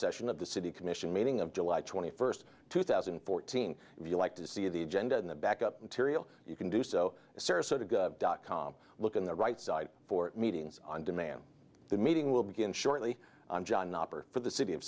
session of the city commission meeting of july twenty first two thousand and fourteen if you like to see the agenda in the backup tiriel you can do so sarasota dot com look in the right side for meetings on demand the meeting will begin shortly for the city of